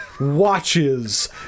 watches